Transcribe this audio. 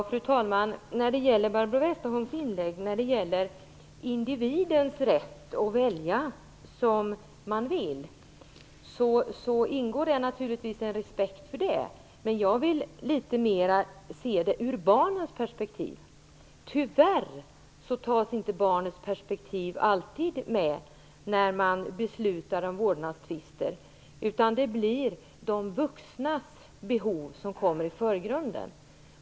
Fru talman! Barbro Westerholm talade i sitt inlägg om individens rätt att välja. Det ingår naturligtvis respekt för det. Jag vill dock se det hela litet mera ur barnens perspektiv. Tyvärr tas inte barnens perspektiv alltid med när man fattar beslut i vårdnadstvister. De vuxnas behov kommer i förgrunden.